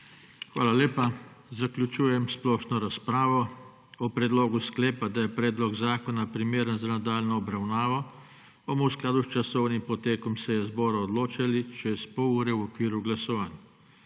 Hvala lepa. Zaključujem splošno razpravo. O predlogu sklepa, da je predlog zakona primeren za nadaljnjo obravnavo, bomo v skladu z časovnim potekom seje zbora odločali čez pol ure v okviru glasovanj.